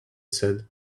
said